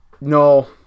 No